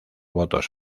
votos